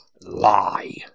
lie